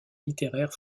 littéraire